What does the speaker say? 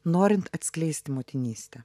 norint atskleisti motinystę